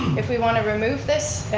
if we want to remove this,